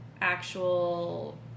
actual